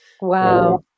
Wow